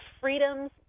freedoms